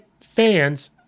fans